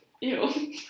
Ew